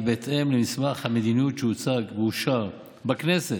בהתאם למסמך המדיניות שהוצג ואושר בכנסת,